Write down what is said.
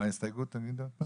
מה ההסתייגות תגידי עוד פעם?